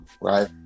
right